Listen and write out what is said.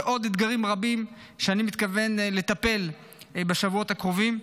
ויש עוד אתגרים רבים שאני מתכוון לטפל בהם בשבועות הקרובים.